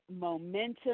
momentum